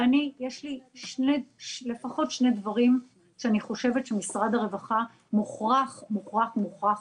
ואני יש לי לפחות שני דברים שאני חושבת שמשרד הרווחה מוכרח מוכרח